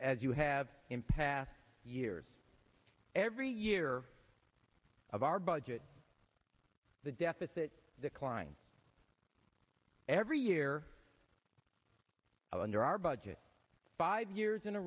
as you have in past years every year of our budget the deficit declined every year and under our budget five years in a